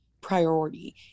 priority